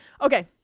Okay